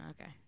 Okay